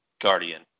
guardian